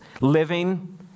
living